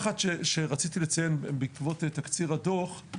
רציתי לציין הערה אחת בעקבות תקציר הדוח.